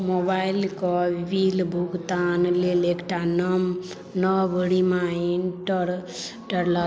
मोबाइलके बिल भुगतानक लेल एकटा नम नव रिमाइंडर टर लगाउ